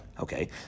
Okay